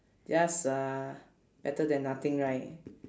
just uh better than nothing right